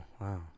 wow